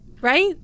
right